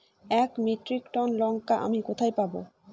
এক metric ton লঙ্কা আমি কোথায় পাবো?